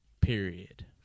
Period